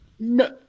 No